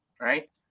right